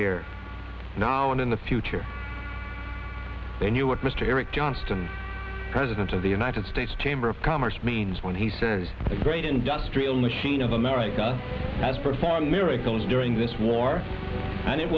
here now and in the future they knew what mr eric johnston president of the united states chamber of commerce means when he says the great industrial machine of america has performed miracles during this war and it